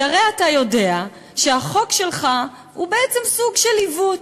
כי הרי אתה יודע שהחוק שלך הוא בעצם סוג של עיוות.